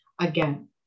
again